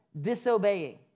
disobeying